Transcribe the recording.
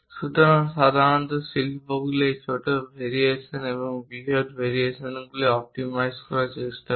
সুতরাং সাধারণত শিল্পগুলি এই ছোট ভেরিয়েশন এবং বৃহৎ ভেরিয়েশনটিকে অপ্টিমাইজ করার চেষ্টা করে